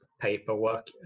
paperwork